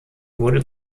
wurde